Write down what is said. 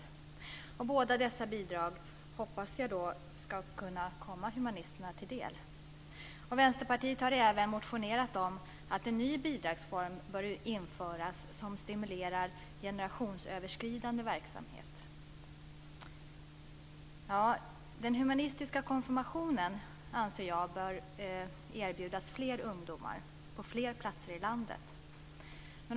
Jag hoppas att båda dessa bidrag ska kunna komma humanisterna till del. Vänsterpartiet har även motionerat om att en ny bidragsform bör införas som stimulerar generationsöverskridande verksamhet. Den humanistiska konfirmationen anser jag bör erbjudas fler ungdomar på fler platser i landet.